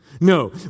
No